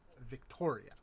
victoria